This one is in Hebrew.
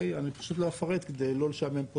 אני פשוט לא אפרט כדי לא לשעמם פה